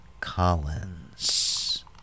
Collins